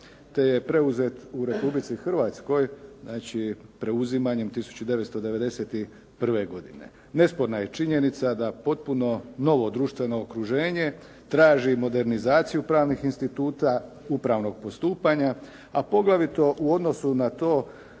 te je preuzet u Republici Hrvatskoj, znači, preuzimanjem 1991. godine. Nesporna je činjenica da potpuno novo društveno okruženje traži modernizaciju pravnih instituta upravnog postupanja, a poglavito u odnosu na to